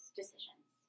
decisions